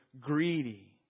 greedy